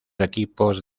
equipos